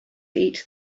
eat